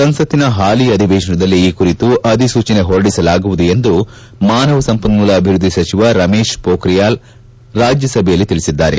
ಸಂಸತ್ತಿನ ಹಾಲಿ ಅಧಿವೇಶನದಲ್ಲೇ ಈ ಕುರಿತು ಅಧಿಸೂಚನೆ ಹೊರಡಿಸಲಾಗುವುದು ಎಂದು ಮಾನವ ಸಂಪನ್ನೂಲ ಅಭಿವೃದ್ದಿ ಸಚಿವ ರಮೇಶ್ ಹೋಖ್ರಿಯಾಲ್ ನಿಶಾಂಕ್ ರಾಜ್ಯಸಭೆಯಲ್ಲಿ ತಿಳಿಸಿದ್ದಾರೆ